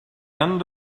end